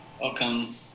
welcome